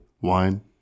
Wine